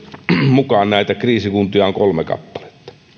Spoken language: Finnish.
mukaan näitä kriisikuntia on kolme kappaletta